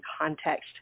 context